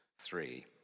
three